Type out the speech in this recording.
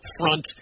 upfront